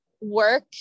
work